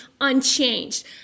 unchanged